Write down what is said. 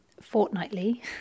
fortnightly